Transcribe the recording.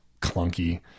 clunky